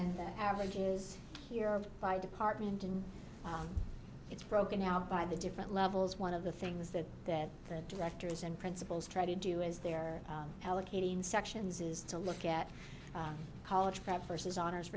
then the average is here our fire department and it's broken out by the different levels one of the things that that the directors and principals try to do is they're allocating sections is to look at college prep versus honors